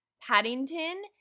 Paddington